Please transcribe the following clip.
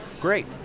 great